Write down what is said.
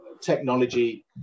technology